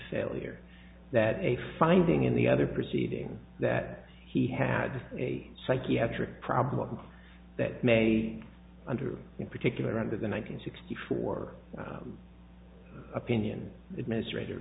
failure that a finding in the other proceedings that he had a psychiatric problem that may under in particular under the one hundred sixty four opinion administrator